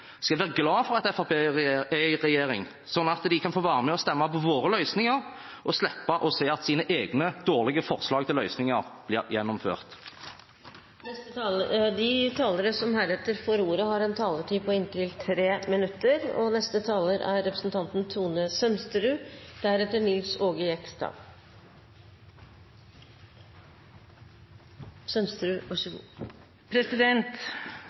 skal være glade for at Fremskrittspartiet er i regjering, slik at de kan få være med og stemme for våre løsninger og slippe å se at sine egne dårlige forslag til løsninger blir gjennomført. De talere som heretter får ordet, har en taletid på inntil 3 minutter. I regjeringserklæringsdebatten i 2013 understreket statsminister Erna Solberg følgende: «Vi ser frem til en periode hvor Stortinget forsterkes som politisk verksted, og